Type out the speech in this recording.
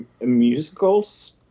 musicals